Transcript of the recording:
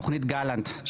תוכנית גלנט,